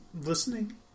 listening